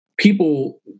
People